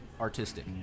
artistic